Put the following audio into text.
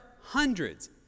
hundreds